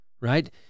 right